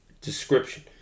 description